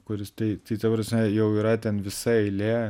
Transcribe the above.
kuris tai tai ta prasme jau yra ten visa eilė